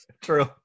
True